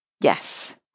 Yes